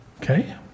Okay